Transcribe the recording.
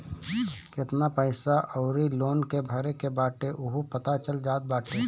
केतना पईसा अउरी लोन के भरे के बाटे उहो पता चल जात बाटे